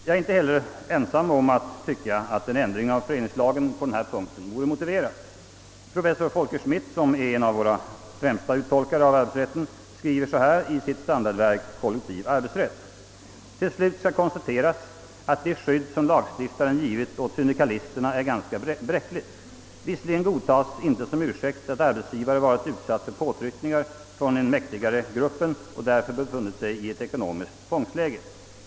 Jag är inte ensam om att tycka att en ändring av föreningsrättslagen på denna punkt vore motiverad, Professor Folke Schmidt, som är en av våra främsta tolkare av arbetsrätten, skriver i sitt standardverk Kollektiv arbetsrätt: »Till slut skall konstateras att det skydd lagstiftaren givit åt syndikalisterna är ganska bräckligt. Visserligen godtages icke som ursäkt, att arbetsgivaren varit utsatt för påtryckningar från den mäktigare gruppen och därför befunnit sig i ett ekonomiskt tvångsläge.